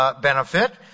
benefit